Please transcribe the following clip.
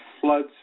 floods